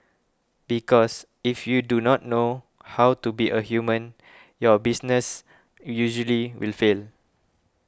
because if you do not know how to be a human your business usually will fail